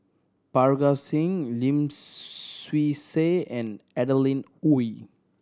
Parga Singh Lim Swee Say and Adeline Ooi